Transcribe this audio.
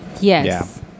Yes